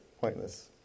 pointless